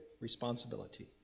responsibility